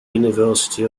university